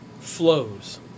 flows